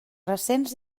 recents